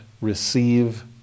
receive